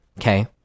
okay